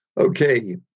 Okay